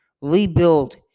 rebuild